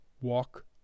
walk